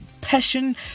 passion